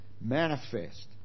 manifest